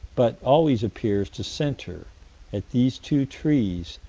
but always appears to center at these two trees,